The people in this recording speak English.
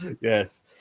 Yes